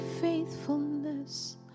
faithfulness